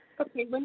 Okay